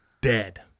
dead